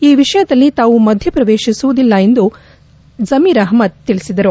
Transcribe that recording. ಈ ವಿಷಯದಲ್ಲಿ ತಾವು ಮಧ್ಯ ಪ್ರವೇತಿಸಲು ಸಾಧ್ಯವಿಲ್ಲ ಎಂದು ಜಮೀರ್ ಅಹಮ್ನದ್ ತಿಳಿಸಿದರು